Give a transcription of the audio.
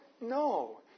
No